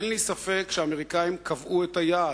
אין לי ספק שהאמריקנים קבעו את היעד,